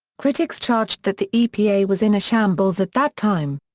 critics charged that the epa was in a shambles at that time.